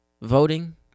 voting